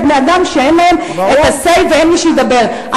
אלה בני-אדם שאין להם ה-say ואין מי שידבר.